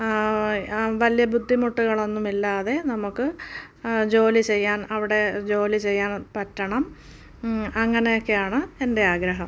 ആ ആ വലിയ ബുദ്ധിമുട്ടുകളൊന്നും ഇല്ലാതെ നമുക്ക് ആ ജോലി ചെയ്യാൻ അവിടെ ജോലി ചെയ്യാൻ പറ്റണം അങ്ങനെ ഒക്കെയാണ് എൻ്റെ ആഗ്രഹം